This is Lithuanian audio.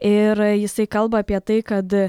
ir jisai kalba apie tai kad